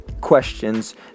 questions